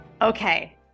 Okay